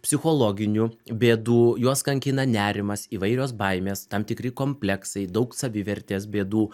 psichologinių bėdų juos kankina nerimas įvairios baimės tam tikri kompleksai daug savivertės bėdų